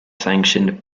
sanctioned